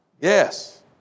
Yes